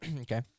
Okay